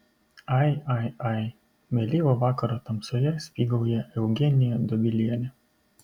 ai ai ai vėlyvo vakaro tamsoje spygauja eugenija dobilienė